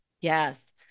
Yes